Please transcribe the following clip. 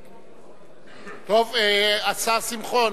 טוב, השר שמחון